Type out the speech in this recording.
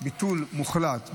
ביטול מוחלט.